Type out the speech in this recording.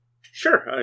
Sure